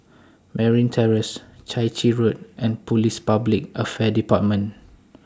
Merryn Terrace Chai Chee Road and Police Public Affairs department